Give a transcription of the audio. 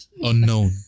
unknown